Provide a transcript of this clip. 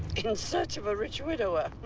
in search of a rich widower.